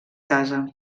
casa